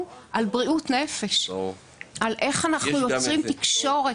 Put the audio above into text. על בריאות הנפש ועל איך יוצרים תקשורת.